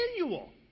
manual